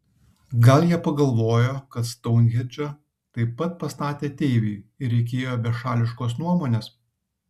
gal jie pagalvojo kad stounhendžą taip pat pastatė ateiviai ir reikėjo bešališkos nuomonės